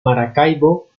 maracaibo